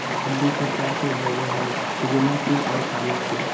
तिल दु प्रकार के होबा हई उजला तिल और काला तिल